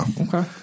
Okay